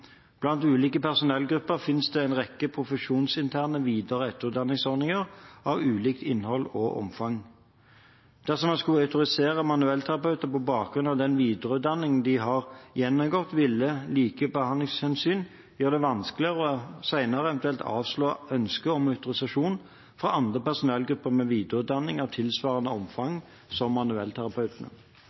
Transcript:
Blant ulike personellgrupper finnes det en rekke profesjonsinterne videre- og etterutdanningsordninger av ulikt innhold og omfang. Dersom man skulle autorisere manuellterapeuter på bakgrunn av den videreutdanning de har gjennomgått, ville likebehandlingshensyn gjøre det vanskeligere senere eventuelt å avslå ønsker om autorisasjon fra andre personellgrupper med videreutdanning av tilsvarende omfang som